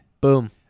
Boom